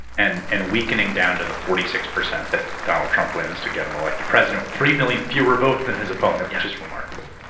and and weakening down to the forty six percent that donald trump wins to get him elected president, with three million fewer votes than his opponent, which is remarkable.